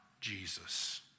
Jesus